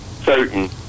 certain